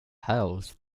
housed